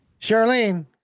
Charlene